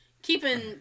Keeping